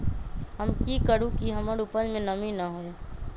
हम की करू की हमर उपज में नमी न होए?